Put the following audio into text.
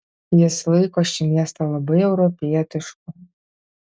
jis laiko šį miestą labai europietišku